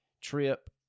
trip